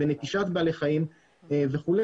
בנטישת בעלי חיים וכו',